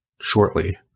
shortly